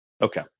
Okay